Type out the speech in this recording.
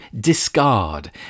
discard